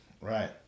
Right